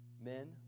men